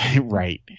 right